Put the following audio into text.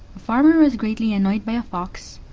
farmer was greatly annoyed by a fox,